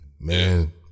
man